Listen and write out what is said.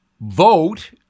vote